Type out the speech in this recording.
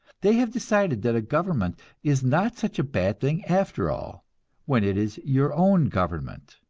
they have decided that a government is not such a bad thing after all when it is your own government!